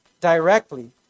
directly